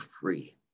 free